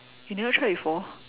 you never try before